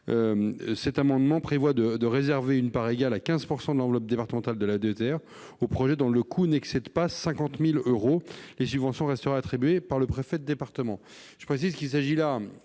cet amendement vise à réserver une part égale à 15 % de l'enveloppe départementale de DETR aux projets dont le coût n'excède pas 50 000 euros. Les subventions resteraient attribuées par le préfet de département.